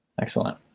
Excellent